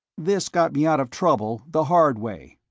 this got me out of trouble the hard way,